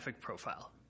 profile